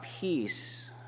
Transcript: peace